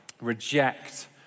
Reject